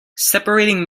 separating